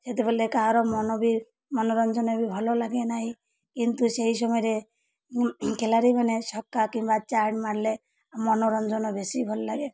ସେତେବେଳେ କାହାର ମନ ବି ମନୋରଞ୍ଜନ ବି ଭଲ ଲାଗେ ନାହିଁ କିନ୍ତୁ ସେହି ସମୟରେ ଖେଳାଳି ମାନେ ଛକା କିମ୍ବା ଚାର୍ ମାରିଲେ ମନୋରଞ୍ଜନ ବେଶୀ ଭଲ ଲାଗେ